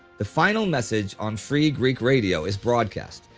the final message on free greek radio is broadcast.